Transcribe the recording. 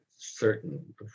certain